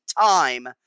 time